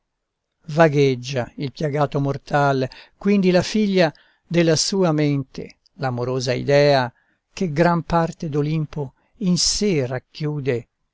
vagheggia il piagato mortal quindi la figlia della sua mente l'amorosa idea che gran parte d'olimpo in sé racchiude